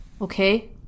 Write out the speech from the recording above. okay